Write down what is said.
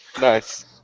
Nice